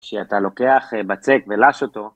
כשאתה לוקח בצק ולש אותו.